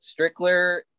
strickler